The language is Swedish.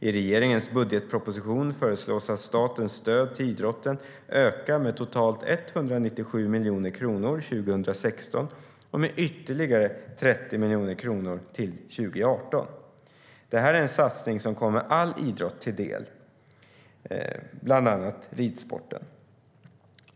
I regeringens budgetproposition föreslås att statens stöd till idrotten ska öka med totalt 197 miljoner kronor 2016 och med ytterligare 30 miljoner kronor till 2018. Det här är en satsning som kommer all idrott till del, bland annat ridsporten.